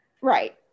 Right